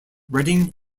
reading